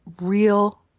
real